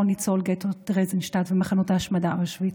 ניצול גטו טרזיינשטט ומחנה ההשמדה אושוויץ.